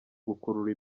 gukurura